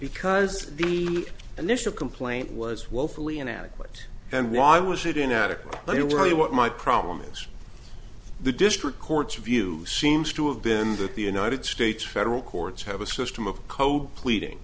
because the initial complaint was woefully inadequate and why was it inadequate i don't worry what my problem is the district court's view seems to have been that the united states federal courts have a system of code pleading